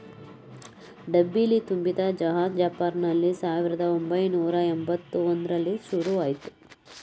ಡಬ್ಬಿಲಿ ತುಂಬಿದ್ ಚಹಾ ಜಪಾನ್ನಲ್ಲಿ ಸಾವಿರ್ದ ಒಂಬೈನೂರ ಯಂಬತ್ ಒಂದ್ರಲ್ಲಿ ಶುರುಆಯ್ತು